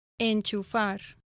Enchufar